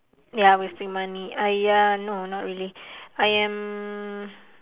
ya wasting money !aiya! no not really I am